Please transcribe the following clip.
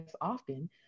often